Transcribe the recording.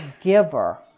giver